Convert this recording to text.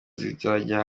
zikajya